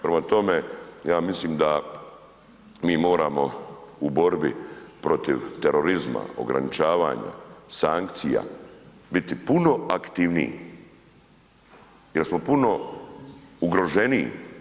Prema tome, ja mislim da mi moramo u borbi protiv terorizma, ograničavanja, sankcija biti puno aktivniji jer smo puno ugroženiji.